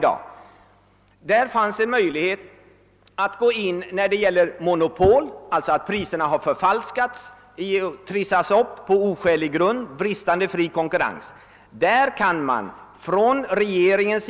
När det förelåg ett monopol, dvs. i sådana fall där priserna trissats upp oskäligt på grund av bristen på konkurrens, kunde regeringen